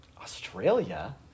Australia